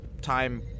time